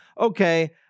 okay